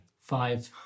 Five